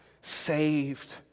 saved